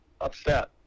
upset